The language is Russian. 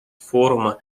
форума